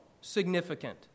significant